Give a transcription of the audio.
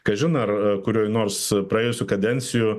kažin ar kurioj nors praėjusių kadencijų